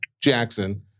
Jackson